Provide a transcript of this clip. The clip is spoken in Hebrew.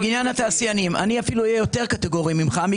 לעניין התעשיינים אני אהיה אפילו יותר קטגורי ממך.